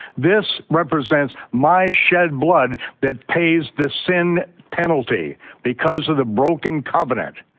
this represents my shed blood that pays the sin penalty because of the broken covenant.